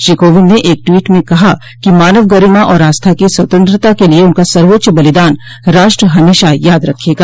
श्री कोविंद ने एक ट्वीट में कहा कि मानव गरिमा और आस्था की स्वतंत्रता के लिए उनका सर्वोच्च बलिदान राष्ट्र हमेशा याद रखेगा